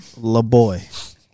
LaBoy